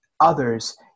others